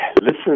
listen